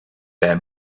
bij